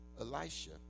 Elisha